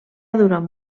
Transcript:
durant